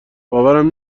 باورم